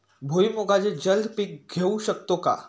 भुईमुगाचे जलद पीक घेऊ शकतो का?